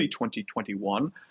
2021